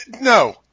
no